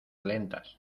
lentas